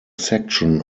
section